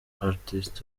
artist